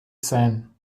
sein